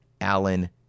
Allen